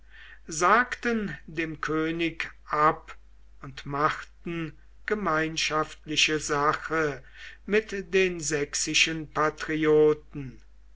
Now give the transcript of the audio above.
sagten dem könig ab und machten gemeinschaftliche sache mit den sächsischen patrioten